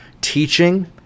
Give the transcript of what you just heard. teaching